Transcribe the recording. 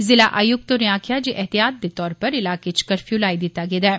जिला आयुक्त होरें आक्खेआ जे एहतियात दे तौरा उप्पर ईलाकें च कर्फ्यू लाई दित्ता गेआ ऐ